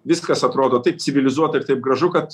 viskas atrodo taip civilizuota ir taip gražu kad